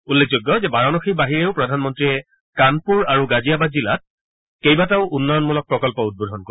উল্লেখযোগ্য যে বাৰাণসীৰ বাহিৰেও প্ৰধানমন্ত্ৰীয়ে কাণপুৰ আৰু গাজিয়াবাদ জিলাত কেইবাটাও উন্নয়নমূলক প্ৰকল্প উদ্বোধন কৰিব